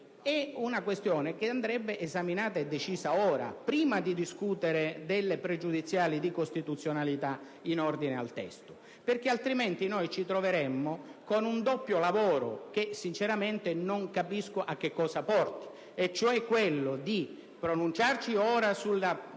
è una questione che andrebbe esaminata e decisa ora, prima di discutere delle pregiudiziali di costituzionalità in ordine al testo. Altrimenti ci troveremmo con un doppio lavoro che, sinceramente, non capisco dove possa portare: ci pronunceremmo infatti ora sulla